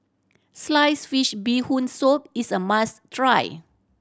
sliced fish Bee Hoon Soup is a must try